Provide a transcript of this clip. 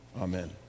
Amen